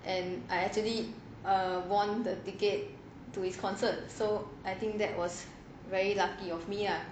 and I actually err won the ticket to his concert so I think that was very lucky of me lah